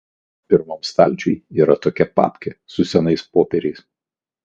pirmam stalčiuj yra tokia papkė su senais popieriais